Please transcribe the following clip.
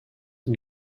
and